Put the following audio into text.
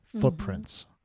footprints